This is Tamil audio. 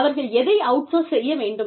அவர்கள் எதை அவுட்சோர்ஸ் செய்ய வேண்டும்